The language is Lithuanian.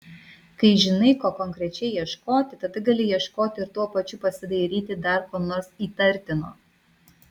kai žinai ko konkrečiai ieškoti tada gali ieškoti ir tuo pačiu pasidairyti dar ko nors įtartino